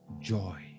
joy